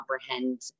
comprehend